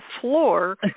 floor